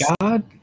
God